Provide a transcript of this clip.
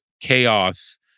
chaos